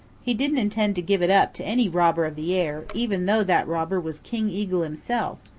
he didn't intend to give it up to any robber of the air, even though that robber was king eagle himself,